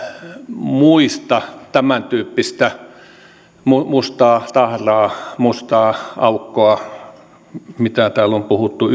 muista tämäntyyppistä mustaa tahraa mustaa aukkoa mitä täällä on puhuttu